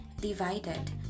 divided